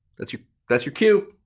that's your that's your cue.